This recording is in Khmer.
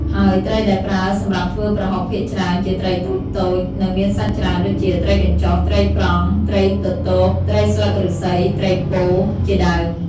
ហើយត្រីដែលប្រើសម្រាប់ធ្វើប្រហុកភាគច្រើនជាត្រីតូចៗ និងមានសាច់ច្រើនដូចជា ត្រីកញ្ចុះ ត្រីប្រង់ ត្រីទទក ត្រីស្លឹកឫស្សី ត្រីពោធិ ជាដើម។